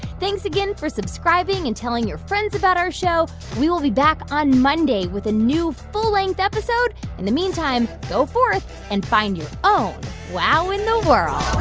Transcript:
thanks again for subscribing and telling your friends about our show. we will be back on monday with a new full-length episode. in the meantime, go forth and find your own wow in the world